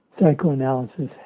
psychoanalysis